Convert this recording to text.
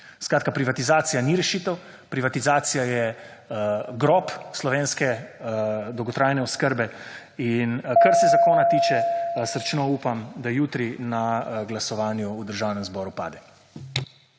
privatizacija ni rešitev, privatizacija je grob slovenske dolgotrajne oskrbe in kar se zakona tiče / znak za konec razprave/ srčno upam, da jutri na glasovanju v Državnem zboru pade.